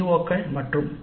ஓக்கள் மற்றும் பி